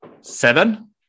seven